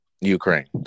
Ukraine